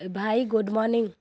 ଭାଇ good morning